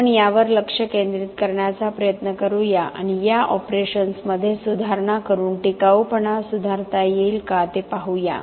की आपण यावर लक्ष केंद्रित करण्याचा प्रयत्न करूया आणि या ऑपरेशन्समध्ये सुधारणा करून टिकाऊपणा सुधारता येईल का ते पाहूया